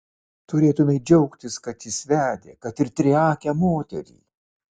turėtumei džiaugtis kad jis vedė kad ir triakę moterį